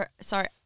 Sorry